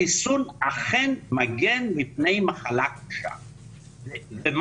החיסון אכן מגן מפני מחלה קשה ומוות,